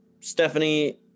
Stephanie